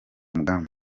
mugambi